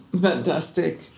Fantastic